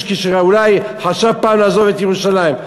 כשאולי חשב פעם לעזוב את ירושלים.